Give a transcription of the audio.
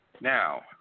Now